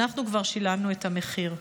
אנחנו כבר שילמנו את המחיר,